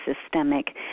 systemic